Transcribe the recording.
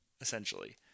essentially